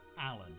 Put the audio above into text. Alan